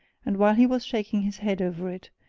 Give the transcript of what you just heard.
and while he was shaking his head over it,